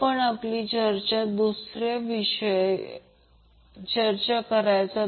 म्हणून I प्रथम पीकवर पोहोचत आहे